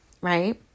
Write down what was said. right